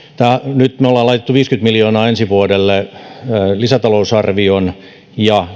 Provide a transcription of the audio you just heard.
nyt me olemme laittaneet viisikymmentä miljoonaa ensi vuodelle lisätalousarvion ja